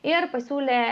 ir pasiūlė